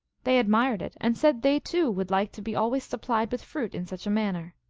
they admired it, and said they, too, would like to be always supplied with fruit in such a man ner.